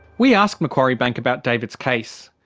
we asked macquarie bank about david's case.